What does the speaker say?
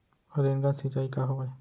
Rain gun सिंचाई का हवय?